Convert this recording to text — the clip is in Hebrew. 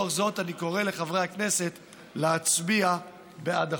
לאור זאת אני קורא לחברי הכנסת להצביע בעד החוק.